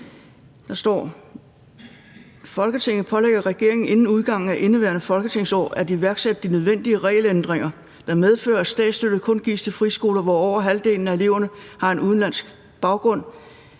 »Folketinget pålægger regeringen inden udgangen af indeværende folketingsår at iværksætte de nødvendige regelændringer, der medfører, at statsstøtte kun gives til friskoler, hvor over halvdelen af eleverne har en udenlandsk baggrund,«